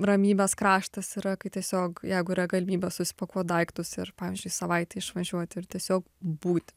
ramybės kraštas yra kai tiesiog jeigu yra galimybė susipakuot daiktus ir pavyzdžiui savaitei išvažiuot ir tiesiog būti